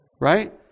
Right